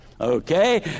Okay